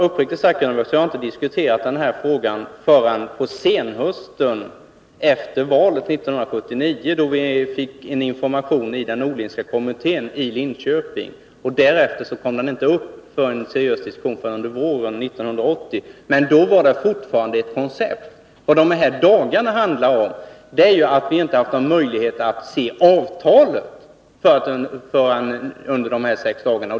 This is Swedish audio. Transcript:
Uppriktigt sagt har jag inte diskuterat den frågan förrän på senhösten efter valet 1979, då vi fick information genom den Norlingska kommittén i Linköping. Därefter har det inte varit någon seriös diskussion förrän våren 1980. Men även då var det bara fråga om ett koncept. Vad det handlar om är juattviinte haft någon möjlighet att ta ställning till det aktuella avtalet förrän under de sex dagarna.